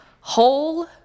whole